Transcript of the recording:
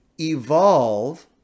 evolve